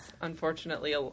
unfortunately